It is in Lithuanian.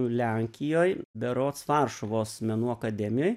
lenkijoj berods varšuvos menų akademijoj